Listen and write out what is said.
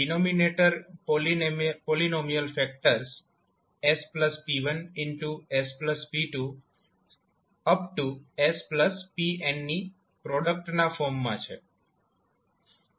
denominator polynomial factors 𝒔𝒑𝟏𝒔𝒑𝟐𝒔𝒑𝒏 ની product ના ફોર્મમાં છે